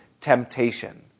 temptation